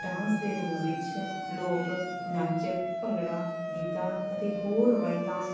dance ਰੂਪ ਵਿੱਚ ਲੋਕ ਨਾਚ ਭੰਗੜਾ ਗਿੱਧਾ ਅਤੇ ਹੋਰ ਰਿਵਾਇਤਾਂ